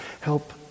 Help